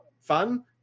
fun